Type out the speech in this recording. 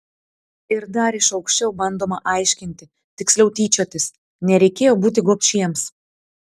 ir dar iš aukščiau bandoma aiškinti tiksliau tyčiotis nereikėjo būti gobšiems